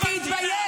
תפסיק.